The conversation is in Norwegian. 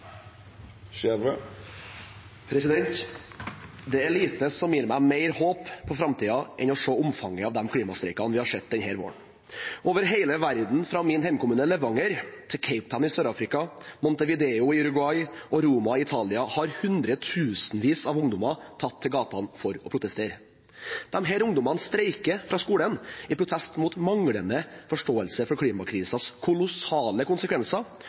avslutta. Det er lite som gir meg mer håp for framtiden enn å se omfanget av de klimastreikene vi har sett denne våren. Over hele verden, fra min hjemkommune Levanger til Cape Town i Sør-Afrika, Montevideo i Uruguay og Roma i Italia, har hundretusenvis av ungdommer tatt til gatene for å protestere. Disse ungdommene deltar i skolestreik i protest mot manglende forståelse for klimakrisens kolossale konsekvenser